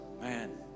man